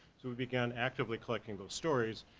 so we began actively collecting those stories,